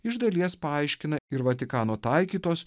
iš dalies paaiškina ir vatikano taikytos